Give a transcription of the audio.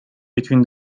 between